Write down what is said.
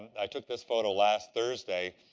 i took this photo last thursday.